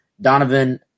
Donovan